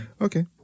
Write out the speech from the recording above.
Okay